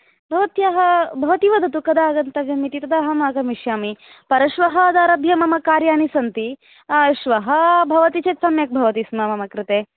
भवत्याः भवति वदतु कदा आगतव्यम् इति तदा अहम् आगमिष्यामि परश्वः आरभ्य मम कार्याणि सन्ति श्वः भवति चेद् सम्यक् भवति स्म मम कृते